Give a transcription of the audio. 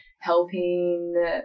helping